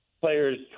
players